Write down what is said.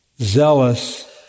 zealous